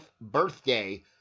birthday